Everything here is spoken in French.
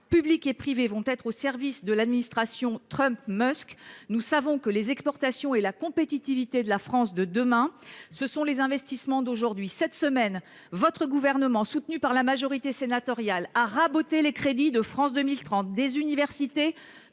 publics et privés, vont être au service de l’administration Trump Musk, les exportations et la compétitivité de la France de demain sont assurées par les investissements d’aujourd’hui. Cette semaine, votre gouvernement, soutenu par la majorité sénatoriale, a raboté les crédits consacrés au plan France 2030, aux universités